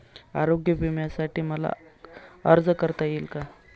आरोग्य विम्यासाठी मला अर्ज करता येईल का?